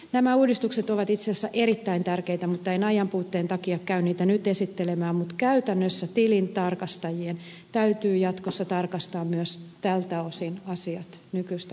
nämä uudistukset ovat itse asiassa erittäin tärkeitä mutta en ajanpuutteen takia käy niitä nyt esittelemään mutta käytännössä tilintarkastajien täytyy jatkossa tarkastaa myös tältä osin asiat nykyistä huomattavasti paremmin